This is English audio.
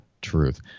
truth